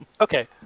Okay